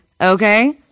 Okay